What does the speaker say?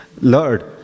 Lord